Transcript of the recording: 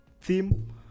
theme